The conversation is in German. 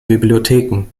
bibliotheken